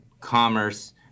commerce